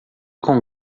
com